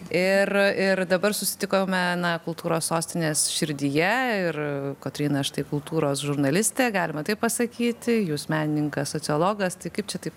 ir ir dabar susitikome na kultūros sostinės širdyje ir kotryna štai kultūros žurnalistė galima taip pasakyti jūs menininkas sociologas tai kaip čia taip